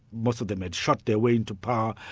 most of them had shot their way into power,